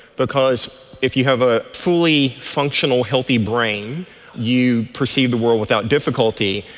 because if you have a fully functional healthy brain you perceive the world without difficulty.